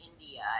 India